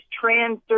trans